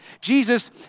Jesus